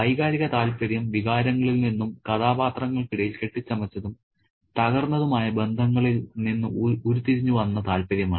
വൈകാരിക താൽപ്പര്യം വികാരങ്ങളിൽ നിന്നും കഥാപാത്രങ്ങൾക്കിടയിൽ കെട്ടിച്ചമച്ചതും തകർന്നതുമായ ബന്ധങ്ങളിൽ നിന്ന് ഉരുത്തിരിഞ്ഞ് വന്ന താൽപ്പര്യമാണ്